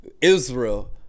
Israel